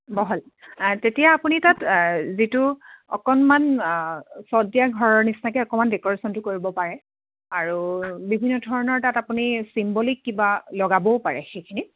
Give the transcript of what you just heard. বহল তেতিয়া আপুনি তাত যিটো অকণমান চট দিয়া ঘৰৰ নিচিনাকৈ অকণমান ডেক'ৰেচনটো কৰিব পাৰে আৰু বিভিন্ন ধৰণৰ তাত আপুনি চিম্ব'লিক কিবা লগাবও পাৰে সেইখিনিত